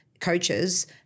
coaches